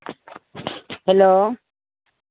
hello